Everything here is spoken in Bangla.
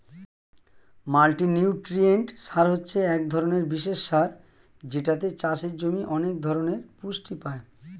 মাল্টিনিউট্রিয়েন্ট সার হচ্ছে এক ধরণের বিশেষ সার যেটাতে চাষের জমি অনেক ধরণের পুষ্টি পায়